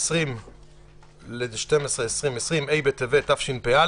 ה-20 בדצמבר 2020, ה' בטבת התשפ"א,